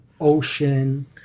Ocean